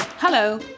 Hello